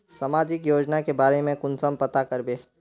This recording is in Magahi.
सामाजिक योजना के बारे में कुंसम पता करबे?